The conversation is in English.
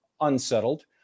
unsettled